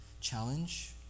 challenge